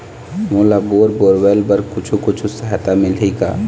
मोला bore borewells बर कुछू कछु सहायता मिलही का?